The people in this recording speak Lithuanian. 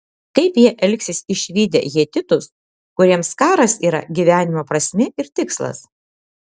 kaip jie elgsis išvydę hetitus kuriems karas yra gyvenimo prasmė ir tikslas